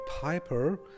piper